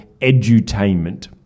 edutainment